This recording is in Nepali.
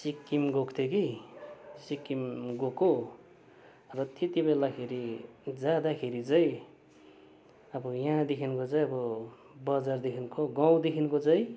सिक्किम गएको थिएँ कि सिक्किम गएको र त्यति बेलाखेरि जाँदाखेरि चाहिँ अब यहाँदेखिको चाहिँ अब बजारदेखिको गाउँदेखिको चाहिँ